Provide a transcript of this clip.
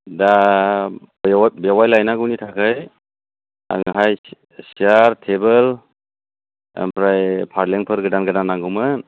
दा बेवाय लायनांगौनि थाखाय आंनोहाय सियार टेबोल ओमफ्राय फालेंफोर गोदान गोदान नांगौमोन